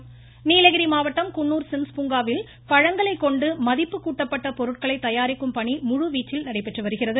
Nilgiri voice Nilgiri மாவட்டம் Coonoor Sims பூங்காவில் பழங்களை கொண்டு மதிப்பு கூட்டப்பட்ட பொருட்களை தயாரிக்கும் பணி முழுவீச்சில் நடைபெற்று வருகிறது